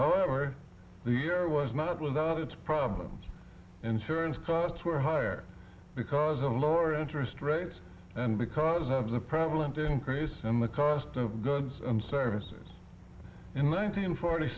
for the year was not without its problems insurance costs were higher because of lower interest rates and because of the prevalent increase in the cost of goods and services in nineteen forty